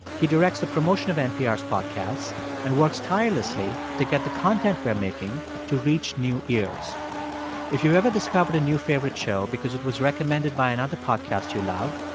he directs the promotion of npr's podcasts and works tirelessly to get the content we're making to reach new ears if you ever discovered a new favorite show because it was recommended by another podcast you love,